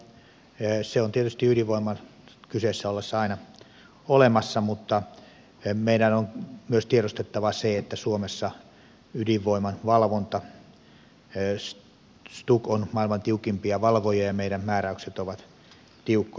se on tietysti ydinvoiman kyseessä ollessa aina olemassa mutta meidän on myös tiedostettava se että stuk on maailman tiukimpia valvojia ja meidän määräykset ovat tiukkoja